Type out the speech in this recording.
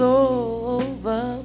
over